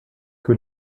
que